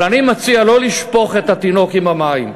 אבל אני מציע לא לשפוך את התינוק עם המים.